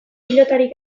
pilotari